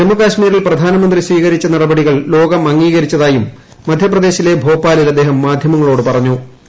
ജമ്മു കശ്മീരിൽ പ്രധാനമന്ത്രി സ്വീകരിച്ച നടപടികൾ ലോകം അംഗീകരിച്ചരിട്ടിയും മധ്യപ്രദേശിലെ ഭോപ്പാലിൽ അദ്ദേഹം മാധ്യമങ്ങളോട് പറഞ്ഞു്